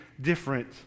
different